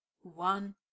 one